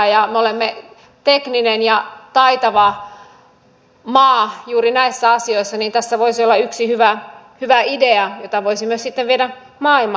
kun me olemme tekninen ja taitava maa juuri näissä asioissa niin tässä voisi olla yksi hyvä idea jota voisimme sitten viedä maailmalle